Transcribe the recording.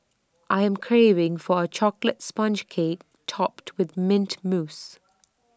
I am craving for A Chocolate Sponge Cake Topped with Mint Mousse